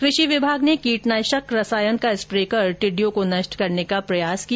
कृषि विभाग ने कीटनाशक रसायन का स्प्रे करके टिड़िडयों को नष्ट करने का प्रयास किया